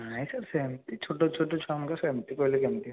ନାହିଁ ସାର୍ ସେମିତି ଛୋଟୋ ଛୋଟୋ ଛୁଆମାନଙ୍କୁ ସେମିତି କହିଲେ କେମିତି